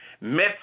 met